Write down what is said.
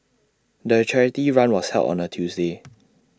the charity run was held on A Tuesday